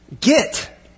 Get